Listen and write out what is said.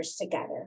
together